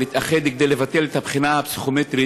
להתאחד כדי לבטל את הבחינה הפסיכומטרית